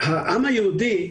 העם היהודי,